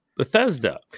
Bethesda